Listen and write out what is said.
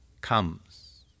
comes